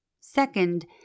Second